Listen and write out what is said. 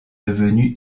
devenue